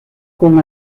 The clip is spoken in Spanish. con